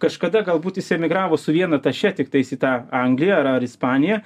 kažkada galbūt jis emigravo su viena taše tiktais į tą angliją ar ar ispaniją